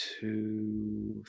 two